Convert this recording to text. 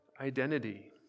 identity